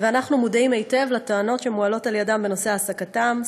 ואנחנו מודעים היטב לטענות שמועלות על-ידיהם בנושא העסקתם,